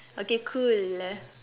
okay cool